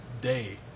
day